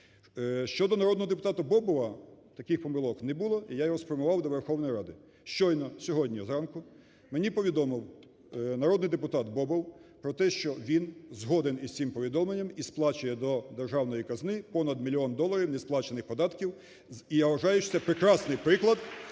Щодо народного депутата Бобова таких помилок не було – і я його спрямував до Верховної Ради. Щойно, сьогодні зранку, мені повідомив народний депутат Бобов про те, що він згоден із цим повідомленням і сплачує до державної казни понад 1 мільйон доларів несплачених податків. І я вважаю, що це прекрасний приклад